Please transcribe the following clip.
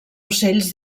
ocells